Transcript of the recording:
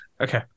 okay